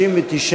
נתקבלו.